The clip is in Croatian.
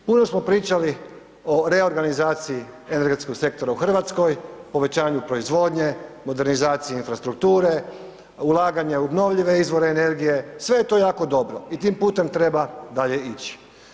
Puno smo pričali o reorganizaciji energetskog sektora u RH, povećanju proizvodnje, modernizaciji infrastrukture, ulaganja u obnovljive izvore energije, sve je to jako dobro i tim putem treba dalje ići.